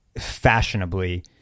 fashionably